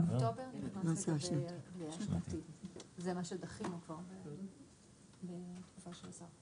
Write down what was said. מהכניסה לתוקף של המסלול